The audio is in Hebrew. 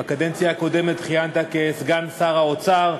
בקדנציה הקודמת כיהנת כסגן שר האוצר,